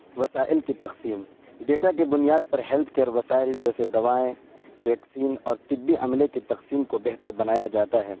وسائل کی تقسیم ڈیٹا کی بنیاد پر ہیلتھ کیئر وسائل جیسے دوائیں ویکسین اور طبی عملے کی تقسیم کو بہتر بنایا جاتا ہے